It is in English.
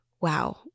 wow